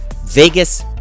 Vegas